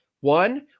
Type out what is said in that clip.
One